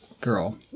girl